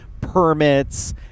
permits